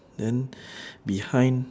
then behind